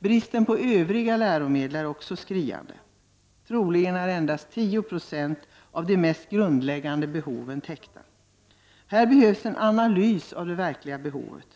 Bristen på övriga läromedel är också skriande. Troligen är endast 10 90 av de mest grundläggande behoven täckta. Här behövs en analys av det verkliga behovet